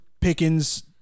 Pickens